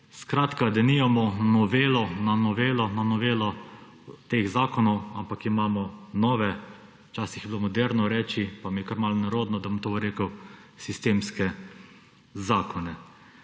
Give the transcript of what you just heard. Skratka, da nimamo novelo na novelo na novelo teh zakonov, ampak imamo nove, včasih je bilo moderno reči, pa mi je kar malo nerodno, da bom to rekel, sistemske zakone.